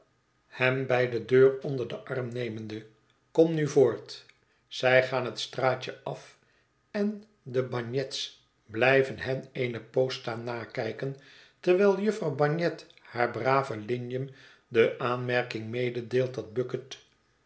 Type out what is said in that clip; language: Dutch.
heni bij de deur onder den arm nemende kom nu voort zij gaan het straatje af en de bagnet's blijven hen eene poos staan nakijken terwijl jufvrouw bagnet haar braven lignum de aanmerking mededeelt dat bucket